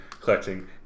collecting